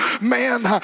man